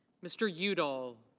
mr. udall.